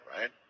right